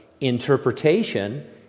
interpretation